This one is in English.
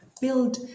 build